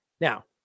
Now